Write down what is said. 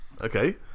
Okay